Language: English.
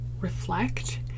reflect